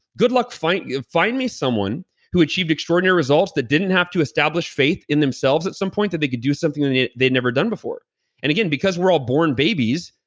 like find you know find me someone who achieved extraordinary results that didn't have to establish faith in themselves at some point that they could do something they'd never done before and again, because we're all born babies,